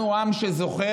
אנחנו עם שזוכר.